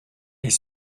est